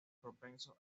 propenso